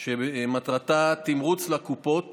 שמטרתה תמרוץ לקופות